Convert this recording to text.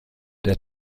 der